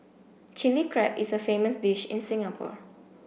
Chilli Crab is a famous dish in Singapore